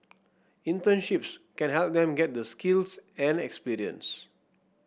internships can help them get the skills and experience